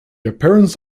appearance